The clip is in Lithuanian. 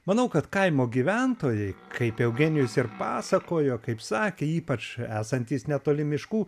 manau kad kaimo gyventojai kaip eugenijus ir pasakojo kaip sakė ypač esantys netoli miškų